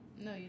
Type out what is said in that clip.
No